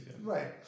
Right